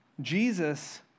Jesus